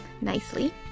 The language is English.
nicely